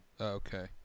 Okay